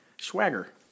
Swagger